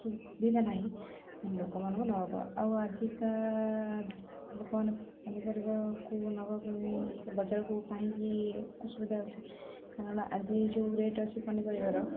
ସୁବିଧା ନାହିଁ ଲୋକମାନଙ୍କୁ ନେବ ଆଉ ଆଜିକା ଲୋକମାନେ ପନିପରିବାକୁ ନେବା ପାଇଁ ବଜାରକୁ କାହିଁକି ଅସୁବିଧା ହେଉଛି କାରଣ ଆଜି ଯେଉଁ ରେଟ୍ ଅଛି ପନିପରିବାର